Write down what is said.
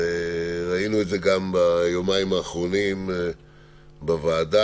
ראינו את זה גם ביומיים האחרונים בוועדה,